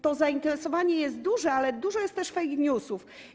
To zainteresowanie jest duże, ale dużo jest też fake newsów.